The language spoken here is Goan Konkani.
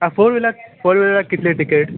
आं फोर व्हिलराक फोर व्हिलराक कितली टिकेट